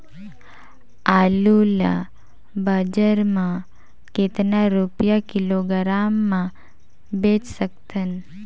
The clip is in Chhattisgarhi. आलू ला बजार मां कतेक रुपिया किलोग्राम म बेच सकथन?